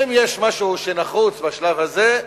אם יש משהו שנחוץ בשלב הזה,